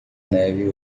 neve